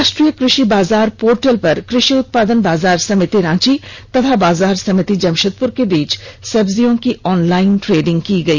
राष्ट्रीय कृषि बाजार पोर्टल पर कृषि उत्पादन बाजार समिति रांची तथा बाजार समिति जमशेदपुर के बीच सब्जियों की ऑनलाइन ट्रेंडिंग की गई